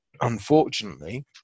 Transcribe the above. unfortunately